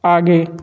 आगे